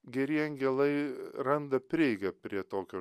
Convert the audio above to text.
geri angelai randa prieigą prie tokio